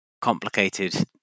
complicated